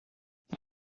die